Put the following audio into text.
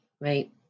right